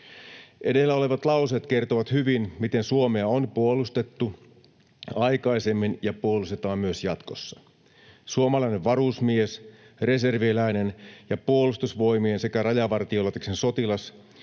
Edellä olevat lauseet kertovat hyvin, miten Suomea on puolustettu aikaisemmin ja puolustetaan myös jatkossa. Suomalainen varusmies, reserviläinen ja Puolustusvoimien sekä Rajavar- tiolaitoksen sotilas